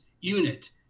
unit